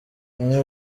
kanye